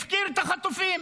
הפקיר את החטופים.